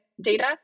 data